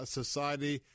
society